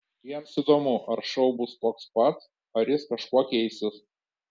jiems įdomu ar šou bus toks pats ar jis kažkuo keisis